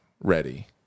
ready